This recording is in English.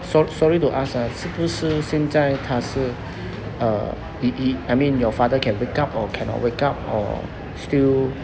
so~ so~ sorry to ask ah 是不是现在他是 err he he I mean your father can wake up or cannot wake up or still